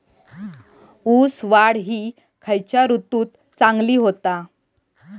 ऊस वाढ ही खयच्या ऋतूत चांगली होता?